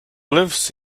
lives